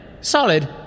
solid